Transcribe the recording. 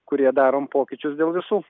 kurie darom pokyčius dėl visų